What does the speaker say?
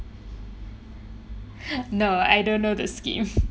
no I don't know the scheme